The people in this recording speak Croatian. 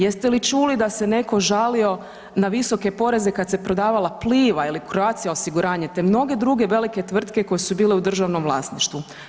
Jeste li čuli da se neko žalio na visoke poreze kad se prodavala Pliva ili Croatia osiguranje te mnoge druge velike tvrtke koje su bile u državnom vlasništvu?